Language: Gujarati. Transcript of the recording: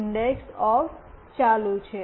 ઇન્ડઓફ ચાલુ છે